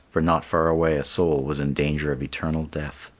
for not far away a soul was in danger of eternal death.